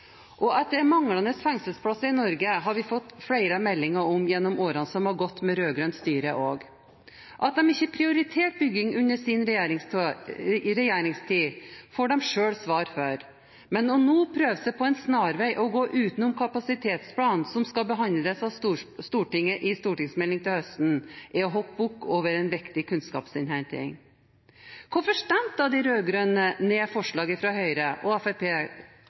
At det er mangel på fengselsplasser i Norge, har vi fått flere meldinger om gjennom årene som har gått med rød-grønt styre også. At de ikke prioriterte bygging under sin regjeringstid, får de selv svare for, men nå å prøve seg på en snarvei og gå utenom kapasitetsplanen som skal behandles av Stortinget i forbindelse med stortingsmeldingen til høsten, er å hoppe bukk over en viktig kunnskapsinnhenting. Hvorfor stemte de rød-grønne ned forslaget fra Høyre og